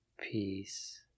peace